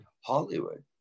Hollywood